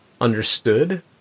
understood